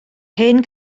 hen